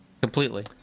Completely